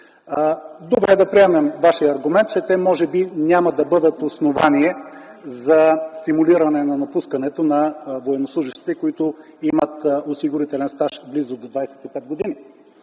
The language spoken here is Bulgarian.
Добре, да приемем Вашия аргумент, че те може би няма да бъдат основание за стимулиране на напускането на военнослужещите, които имат осигурителен стаж близо до 25 години.